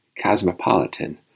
cosmopolitan